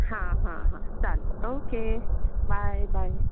हां हां हां चालेल ओके बाय बाय